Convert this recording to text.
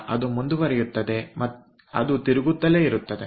ಅದು ಮುಂದುವರಿಯುತ್ತದೆ ಅದು ತಿರುಗುತ್ತಲೇ ಇರುತ್ತದೆ